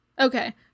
Okay